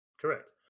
correct